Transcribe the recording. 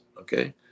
okay